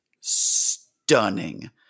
stunning